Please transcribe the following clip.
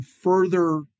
further